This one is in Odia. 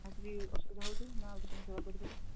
ଆଉକିଛି ଅସୁବିଧା ହଉଛି ନା ଆଉକିଛି ମୁଁ ସେବା କରିପାରେ